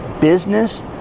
Business